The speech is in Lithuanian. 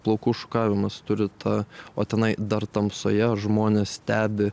plaukų šukavimas turi tą o tenai dar tamsoje žmonės stebi